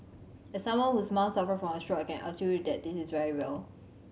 as someone whose mom suffered from a stroke I can assure you that this is very real